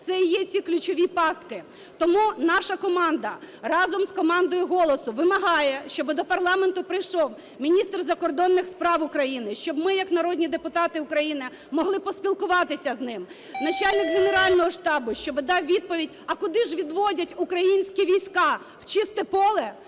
це і є ці ключові пастки. Тому наша команда разом з командою "Голосу" вимагає, щоб до парламенту прийшов міністр закордонних справ України, щоб ми як народні депутати України могли поспілкуватися з ним, начальник Генерального штабу, щоб дав відповідь, а куди ж відводять українські війська - в чисте поле,